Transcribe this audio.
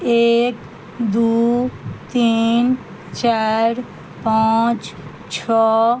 एक दू तीन चारि पाँच छओ